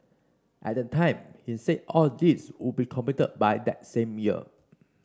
at the time he said all these would be completed by that same year